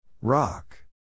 Rock